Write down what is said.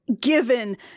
given